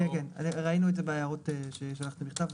ראינו את זה בהערות ששלחתם בכתב.